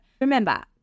Remember